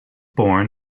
born